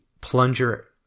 plunger